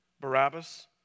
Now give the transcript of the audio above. Barabbas